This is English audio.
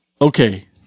okay